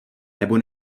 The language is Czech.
nebo